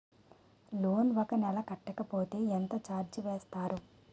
Loan ఒక నెల కట్టకపోతే ఎంత ఛార్జ్ చేస్తారు?